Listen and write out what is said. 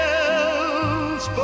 else